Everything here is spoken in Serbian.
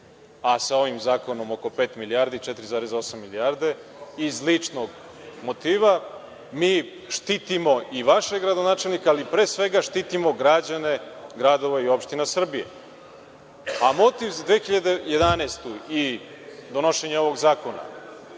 a sa ovim zakonom oko pet milijardi, 4,8 milijardi iz ličnog motiva. Mi štitimo i vašeg gradonačelnika, ali pre svega štitimo građane gradova i opština Srbije. Motiv za 2011. godinu i donošenje ovog zakona,